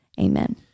Amen